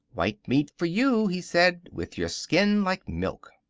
white meat for you, he said, with your skin like milk.